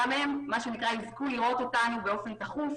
גם הם יזכו לראות אותנו באופן תכוף.